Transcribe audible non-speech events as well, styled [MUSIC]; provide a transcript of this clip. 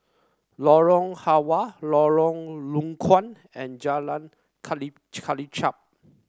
Lorong Halwa Lorong Low Koon and Jalan [UNINTELLIGIBLE] Kelichap